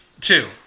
Two